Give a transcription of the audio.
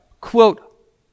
quote